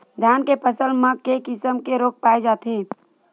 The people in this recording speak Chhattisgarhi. धान के फसल म के किसम के रोग पाय जाथे?